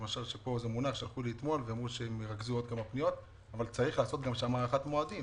צריך גם שם לעשות הארכת מועדים.